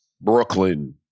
Brooklyn